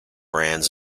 brands